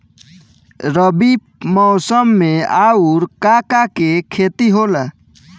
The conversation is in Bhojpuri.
रबी मौसम में आऊर का का के खेती होला?